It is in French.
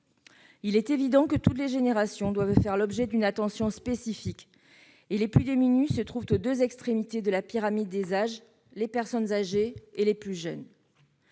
Il est évident que toutes les générations doivent faire l'objet d'une attention spécifique. Or les plus démunis se trouvent aux deux extrémités de la pyramide des âges : les personnes âgées et les plus jeunes.